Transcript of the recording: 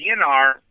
DNR